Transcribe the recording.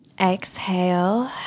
Exhale